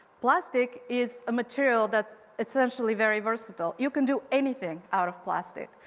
plastic is a material that's essentially very versatile. you can do anything out of plastic,